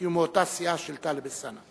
כי הוא מאותה סיעה של טלב אלסאנע.